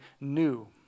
new